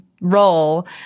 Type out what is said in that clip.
role